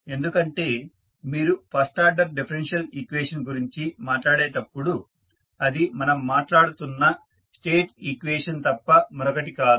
ఎందుకంటే మీరు first order differential equation గురించి మాట్లాడేటప్పుడు అది మనం మాట్లాడుతున్న స్టేట్ ఈక్వేషన్ తప్ప మరొకటి కాదు